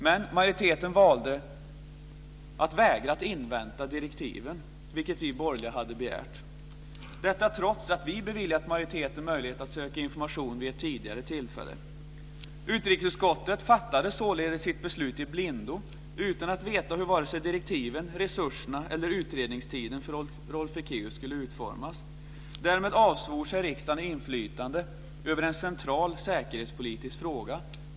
Majoriteten vägrade att invänta direktiven, vilket vi borgerliga begärde, detta trots att vi beviljat majoriteten möjlighet att söka information vid ett tidigare tillfälle. Utrikesutskottet fattade således sitt beslut i blindo, utan att veta vare sig hur direktiven, resurserna eller utredningstiden för Rolf Ekéus skulle utformas. Därmed avsvor sig riksdagen inflytande över en central säkerhetspolitisk fråga.